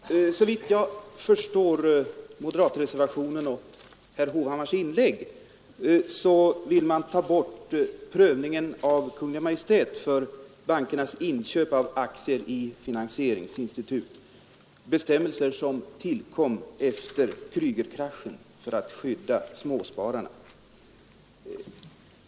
Fru talman! Såvitt jag förstår moderatreservationen och herr Hovhammars inlägg vill man ta bort prövningen av Kungl. Maj:t före bankernas inköp av aktier i finansieringsinstitut. Dessa bestämmelser tillkom efter Kreugerkraschen för att skydda småspararna.